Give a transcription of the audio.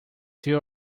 there